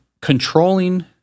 controlling